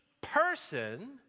person